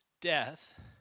death